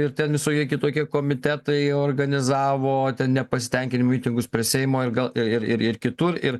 ir ten visokie kitokie komitetai organizavo nepasitenkinimo mitingus prie seimo ir gal ir ir ir kitur ir